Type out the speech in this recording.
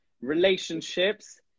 relationships